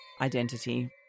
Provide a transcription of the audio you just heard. identity